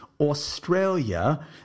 Australia